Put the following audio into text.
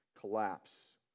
collapse